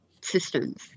systems